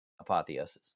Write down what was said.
apotheosis